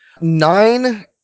Nine